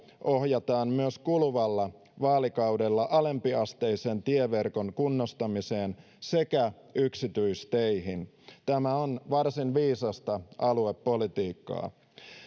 ohjataan myös kuluvalla vaalikaudella alempiasteisen tieverkon kunnostamiseen sekä yksityisteihin tämä on varsin viisasta aluepolitiikkaa